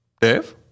Dave